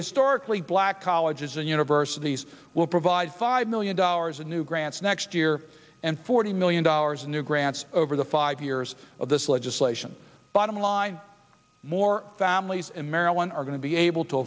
historically black colleges and universities will provide five million dollars in new grants next year and forty million dollars in new grants over the five years of this legislation bottom line more families and marilyn are going to be able to